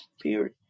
period